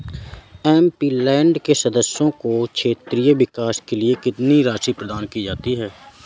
MP land के सदस्यों को क्षेत्रीय विकास के लिए कितनी राशि प्रदान की जाती है?